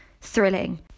thrilling